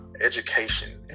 education